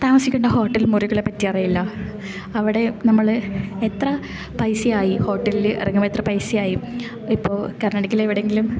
താമസിക്കേണ്ട hotel മുറികളെപ്പറ്റി അറിയില്ല അവടെ നമ്മള് എത്ര പൈസ ആയി ഹോട്ടലില് ഇറങ്ങുമ്പോൾ എത്ര പൈസ ആയി ഇപ്പോൾ കർണാടകയില് എവിടെങ്കിലും